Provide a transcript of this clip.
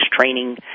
training